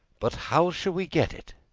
but how shall we get it?